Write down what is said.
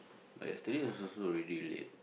but yesterday also so really red